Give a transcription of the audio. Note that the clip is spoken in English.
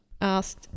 asked